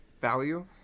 value